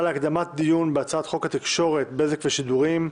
להקדמת הדיון בהצעת חוק התקשורת (בזק ושידורים)